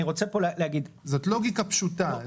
אני רוצה פה להגיד --- זאת לוגיקה פשוטה,